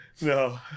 No